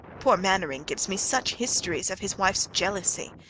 poor mainwaring gives me such histories of his wife's jealousy.